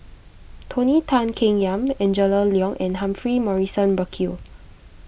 Tony Tan Keng Yam Angela Liong and Humphrey Morrison Burkill